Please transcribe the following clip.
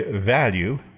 Value